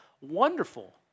Wonderful